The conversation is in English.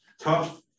tough